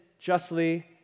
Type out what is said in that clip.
justly